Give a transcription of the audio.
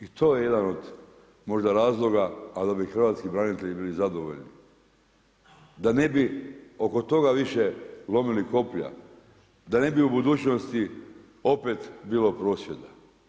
I to je možda jedan od razloga a da bi hrvatski branitelji bili zadovoljni, da ne bi oko toga više lomili koplja, da ne bi u budućnosti opet bilo prosvjeda.